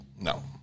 No